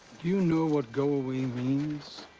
you know what go away means?